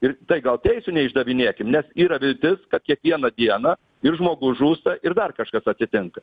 ir tai gal teisių neišdavinėkim nes yra viltis kad kiekvieną dieną ir žmogus žūsta ir dar kažkas atsitinka